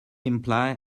imply